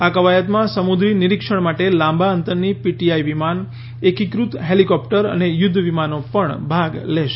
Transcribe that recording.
આ કવાયતમાં સમુદ્રી નિરીક્ષણ માટે લાંબા અંતરની પીટીઆઇ વિમાન એકીકૃત હેલીકોપ્ટર અને યુદ્ધ વિમાનો પણ ભાગ લેશે